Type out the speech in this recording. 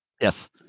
yes